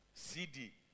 cd